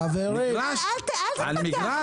אל תתווכח